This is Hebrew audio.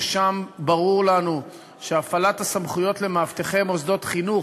ששם ברור לנו שהפעלת הסמכויות על-ידי מאבטחי מוסדות חינוך